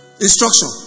Instruction